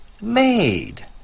made